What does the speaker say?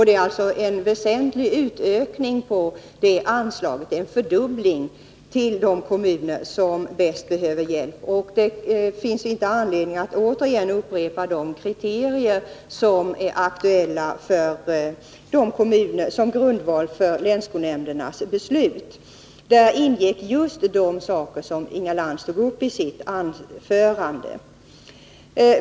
Det innebär en väsentlig ökning av anslaget — en fördubbling — till de kommuner som bäst behöver hjälp. Jag har ingen anledning att upprepa vilka kriterier som är aktuella när det gäller grundvalarna för länsskolnämndernas beslut i fråga om dessa kommuner. Där ingår just de saker som Inga Lantz tog upp i sitt anförande.